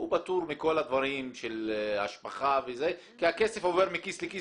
הוא פטור מכל הדברים של השבחה כי הכסף עובר מכיס לכיס,